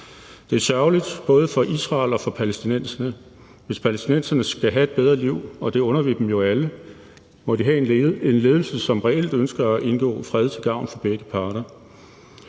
Det er sørgeligt både for Israel og for palæstinenserne. Hvis palæstinenserne skal have et bedre liv – og det under vi dem jo alle – må de have en ledelse, som reelt ønsker at indgå fred til gavn for begge parter.